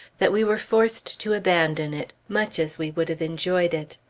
that we were forced to abandon it, much as we would have enjoyed it.